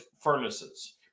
furnaces